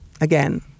again